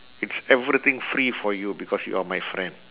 it's everything free for you because you are my friend